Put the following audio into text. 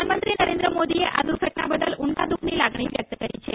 પ્રધાનમંત્રી નરેન્દ્ર મોદીએ આ દૂર્ઘટના બદલઊંડા દૂખની લાગણી વ્યક્ત કરી છે